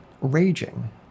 raging